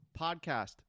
Podcast